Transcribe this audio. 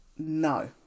no